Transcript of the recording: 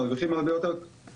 הם מרוויחים הרבה יותר כסף,